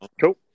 Cool